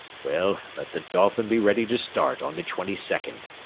well, let the dolphin be ready to start on the twenty second.